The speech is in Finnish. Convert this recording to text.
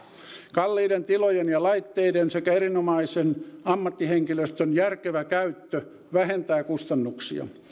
kalliiden tilojen ja laitteiden sekä erinomaisen ammattihenkilöstön järkevä käyttö vähentää kustannuksia